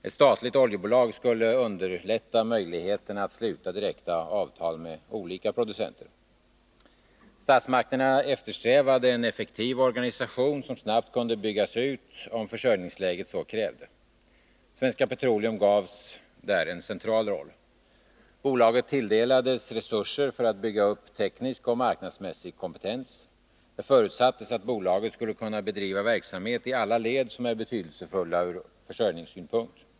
Ett statligt oljebolag skulle underlätta möjligheterna att sluta direkta avtal med olika producenter. Statsmakterna eftersträvade en effektiv organisation, som snabbt kunde Nr 55 byggas ut, om försörjningsläget så krävde. Svenska Petroleum gavs där en central roll. Bolaget tilldelades resurser för att bygga upp teknisk och marknadsmässig kompetens. Det förutsattes att bolaget skulle kunna bedriva verksamhet i alla led som är betydelsefulla ur försörjningssynpunkt.